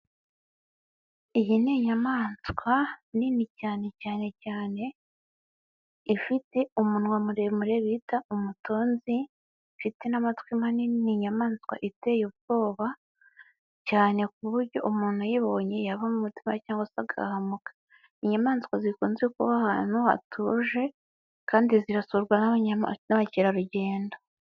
Iyi ni inyamaswa nini cyane cyane cyane, ifite umunwa muremure bita umutunzi ifite n'amatwi manini. Ni inyamaswa iteye ubwoba cyane ku buryo umuntu uyibonye yava mo umutima cyangwa se agahamuka. Ni inyamaswa zikunze kuba ahantu hatuje kandi zirasurwa n'abakerarugendo.